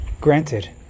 Granted